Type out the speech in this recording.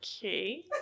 okay